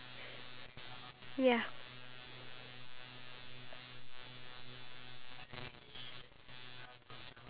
um if people always ask me this question I will always reply for each wish I will ask for one thousand wishes so I can ask for a lot of things